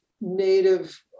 native